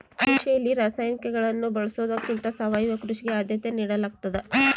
ಕೃಷಿಯಲ್ಲಿ ರಾಸಾಯನಿಕಗಳನ್ನು ಬಳಸೊದಕ್ಕಿಂತ ಸಾವಯವ ಕೃಷಿಗೆ ಆದ್ಯತೆ ನೇಡಲಾಗ್ತದ